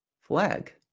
flag